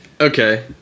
Okay